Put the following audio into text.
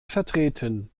vertreten